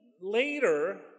later